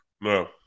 No